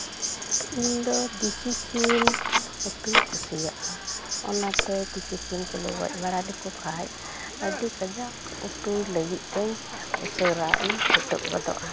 ᱤᱧ ᱫᱚ ᱫᱮᱥᱤ ᱥᱤ ᱩᱛᱩᱧ ᱠᱩᱥᱤᱭᱟᱜᱼᱟ ᱚᱱᱟ ᱛᱮ ᱫᱮᱥᱤ ᱥᱤᱢ ᱠᱚᱞᱮ ᱜᱚᱡ ᱵᱟᱲᱟ ᱞᱮᱠᱚ ᱠᱷᱟᱱ ᱟᱹᱰᱤ ᱠᱟᱡᱟᱠ ᱩᱛᱩ ᱞᱟᱹᱜᱤᱫ ᱛᱮᱧ ᱩᱥᱟᱹᱨᱟ ᱤᱧ ᱪᱷᱩᱴᱟᱹᱣ ᱜᱚᱫᱚᱜᱼᱟ